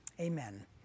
Amen